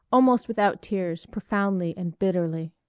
almost without tears, profoundly and bitterly.